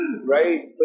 right